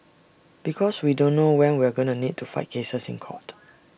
because we don't know when we're going to need to fight cases in court